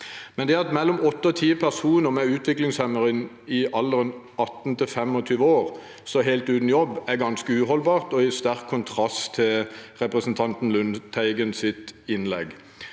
Det at mellom åtte og ti personer med utviklingshemning i alderen 18 til 25 år står helt uten jobb, er ganske uholdbart og i sterk kontrast til representanten Lundteigens innlegg.